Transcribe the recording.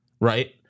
right